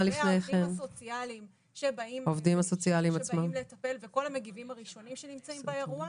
והעובדים הסוציאליים שבאים לטפל וכל המגיבים הראשונים שנמצאים באירוע.